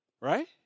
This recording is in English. right